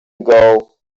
ago